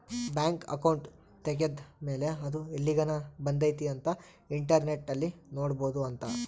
bank account ತೆಗೆದ್ದ ಮೇಲೆ ಅದು ಎಲ್ಲಿಗನ ಬಂದೈತಿ ಅಂತ ಇಂಟರ್ನೆಟ್ ಅಲ್ಲಿ ನೋಡ್ಬೊದು ಅಂತ